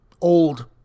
old